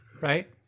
right